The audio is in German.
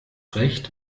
recht